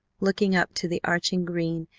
looking up to the arching green,